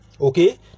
Okay